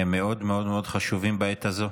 הם מאוד חשובים בעת הזאת.